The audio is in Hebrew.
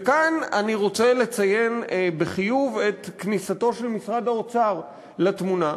וכאן אני רוצה לציין בחיוב את כניסתו של משרד האוצר לתמונה.